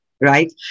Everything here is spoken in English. Right